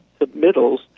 submittals